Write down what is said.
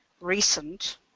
recent